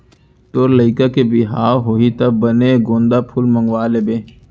तोर लइका के बिहाव होही त बने गोंदा फूल मंगवा लेबे